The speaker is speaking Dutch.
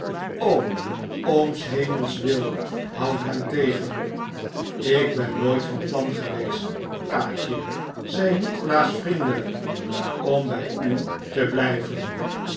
om s hemels wil houd hem tegen ik ben nooit van plan geweest kaatje zei nikolaas vriendelijk om bij u te blijven